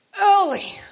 early